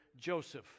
Joseph